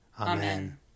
Amen